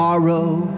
Tomorrow